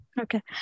Okay